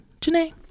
Janae